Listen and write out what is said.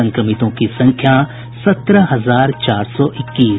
संक्रमितों की संख्या सत्रह हजार चार सौ इक्कीस